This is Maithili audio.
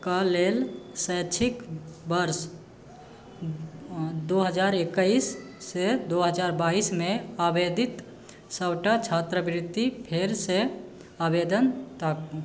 कऽ लेल शैक्षिक वर्ष दो हजार एकैस से दो हजार बाईस मे आवेदित सबटा छात्रवृत्ति फेरसँ आवेदन ताकू